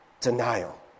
denial